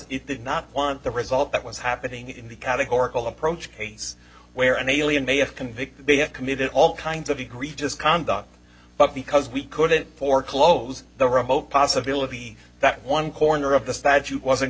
because not want the result that was happening in the categorical approach case where an alien may have convicted they have committed all kinds of egregious conduct but because we couldn't foreclose the remote possibility that one corner of the statute was